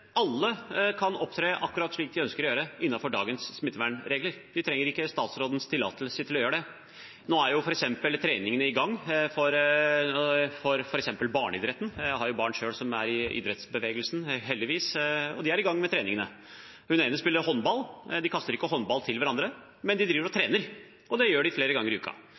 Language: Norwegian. Alle kan opptre akkurat slik de ønsker å gjøre, innenfor dagens smittevernregler. De trenger ikke statsrådens tillatelse til å gjøre det. Nå er f.eks. treningene i gang i barneidretten. Jeg har barn selv som er i idrettsbevegelsen, heldigvis, og de er i gang med treningene. Hun ene spiller håndball. De kaster ikke håndball til hverandre, men de trener, og det gjør de flere ganger i uka.